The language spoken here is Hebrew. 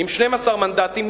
עם 12 מנדטים.